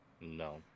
No